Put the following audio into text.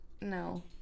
No